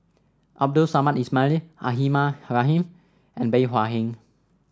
Abdul Samad Ismail Rahimah Rahim and Bey Hua Heng